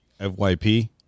FYP